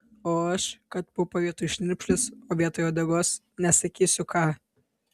o aš kad pupą vietoj šnirpšlės o vietoj uodegos nesakysiu ką